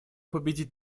победить